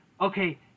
okay